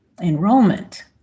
Enrollment